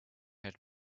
had